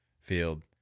field